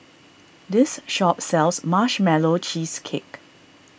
this shop sells Marshmallow Cheesecake